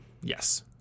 Yes